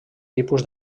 tipus